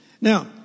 Now